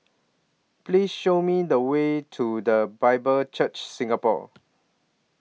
Please Show Me The Way to The Bible Church Singapore